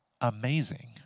amazing